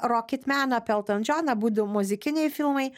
roketmeną apie elton džoną abudu muzikiniai filmai